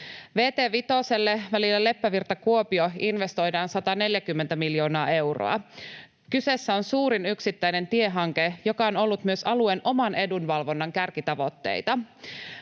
Vt 5:lle välillä Leppävirta—Kuopio investoidaan 140 miljoonaa euroa. Kyseessä on suurin yksittäinen tiehanke, joka on ollut myös alueen oman edunvalvonnan kärkitavoitteita.